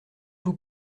vous